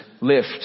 lift